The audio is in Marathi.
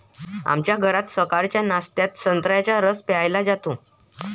आमच्या घरात सकाळच्या नाश्त्यात संत्र्याचा रस प्यायला जातो